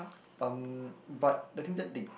um but the things that they